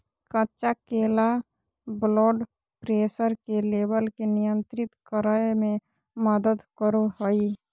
कच्चा केला blood pressure के लेवल के नियंत्रित करय में मदद करो हइ